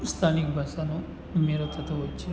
સ્થાનિક ભાષાનો ઉમેરો થતો હોય છે